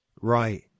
Right